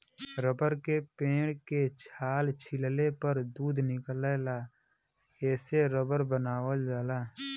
rubber के पेड़ के छाल छीलले पर दूध निकलला एसे रबर बनावल जाला